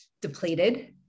depleted